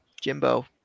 Jimbo